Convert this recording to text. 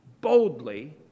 boldly